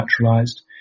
naturalized